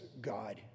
God